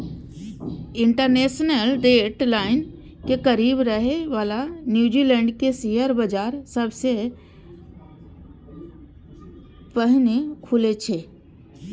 international date line के करीब रहै बला न्यूजीलैंड के शेयर बाजार सबसं पहिने खुलै छै